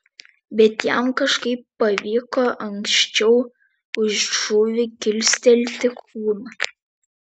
bet jam kažkaip pavyko anksčiau už šūvį kilstelti kūną